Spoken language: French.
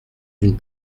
d’une